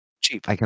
cheap